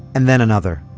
and then another.